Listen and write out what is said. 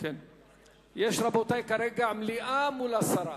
יש כרגע מליאה מול הסרה.